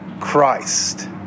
Christ